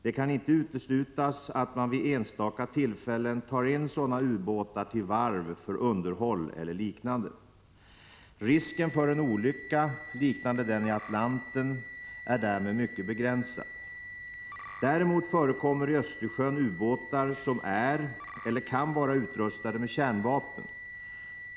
Det kan inte uteslutas att man vid enstaka tillfällen tar in sådana ubåtar till varv för underhåll eller liknande. Risken för en olycka liknande den i Atlanten är därmed mycket begränsad. Däremot förekommer i Östersjön ubåtar som är eller kan vara utrustade med kärnvapen.